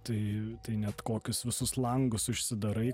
tai tai net kokius visus langus užsidarai